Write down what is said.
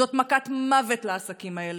זאת מכת מוות לעסקים האלה.